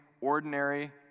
ordinary